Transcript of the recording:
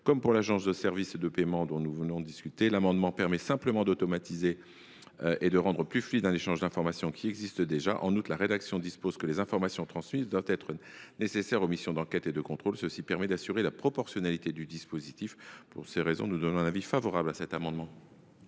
Comme pour l’Agence de services et de paiement, cet amendement vise simplement à automatiser et à rendre plus fluide un échange d’informations qui existe déjà. En outre, sa rédaction dispose que les informations transmises doivent être nécessaires aux missions d’enquête et de contrôle. Cela permet d’assurer la proportionnalité du dispositif. La commission a donc émis un avis favorable sur cet amendement.